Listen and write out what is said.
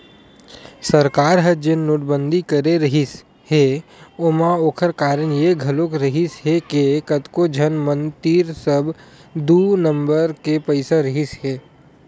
सरकार ह जेन नोटबंदी करे रिहिस हे ओमा ओखर कारन ये घलोक रिहिस हे के कतको झन मन तीर सब दू नंबर के पइसा रहिसे हे